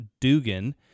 Dugan